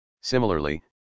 Similarly